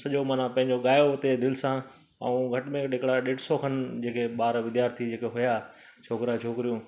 सॼो माना पंहिंजी गायो हुते दिलि सां ऐं घटि में घटि हिकिड़ा ॾेढ सौ खनि जेके ॿार विद्यार्थी जेको हुया छोकिरा छोकिरियूं